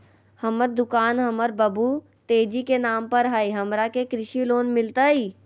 हमर दुकान हमर बाबु तेजी के नाम पर हई, हमरा के कृषि लोन मिलतई?